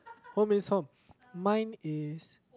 what means home mine is